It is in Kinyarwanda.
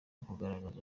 ukugaragaza